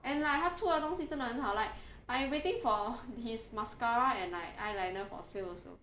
and like 他出的东西真的很好 like I am waiting for this mascara and like eyeliner for sale also